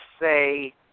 say